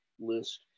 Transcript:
list